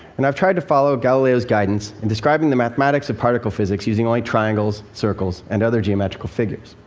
and i've tried to follow galileo's guidance in describing the mathematics of particle physics using only triangles, circles and other geometrical figures.